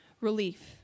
relief